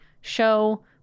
show